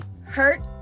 hurt